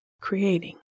creating